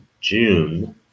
June